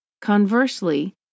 Conversely